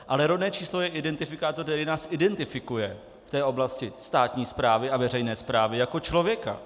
Ale rodné číslo je identifikátor, který nás identifikuje v oblasti státní správy a veřejné správy jako člověka.